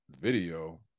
video